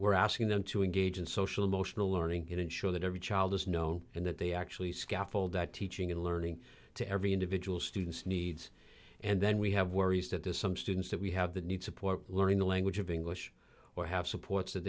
we're asking them to engage in social emotional learning and ensure that every child is known and that they actually scaffold that teaching and learning to every individual students needs and then we have worries that there's some students that we have the need support learning the language of english or have supports that